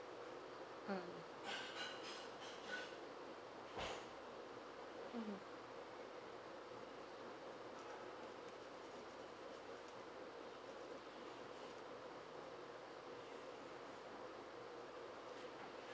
mm mmhmm